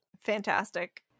Fantastic